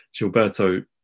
Gilberto